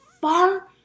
far